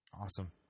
Awesome